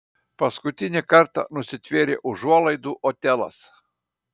paskutinį kartą nusitvėrė užuolaidų otelas